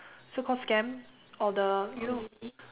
so called scam or the